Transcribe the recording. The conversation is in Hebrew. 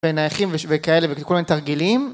בנייחים וכאלה וכל מיני תרגילים